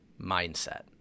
Mindset